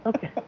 Okay